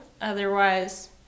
otherwise